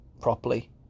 properly